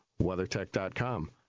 WeatherTech.com